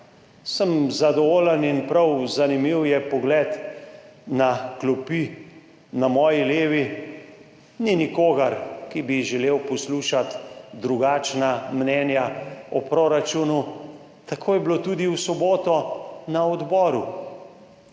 Zadovoljen sem in prav zanimiv je pogled na klopi – na moji levi ni nikogar, ki bi želel poslušati drugačna mnenja o proračunu. Tako je bilo tudi v soboto na odboru.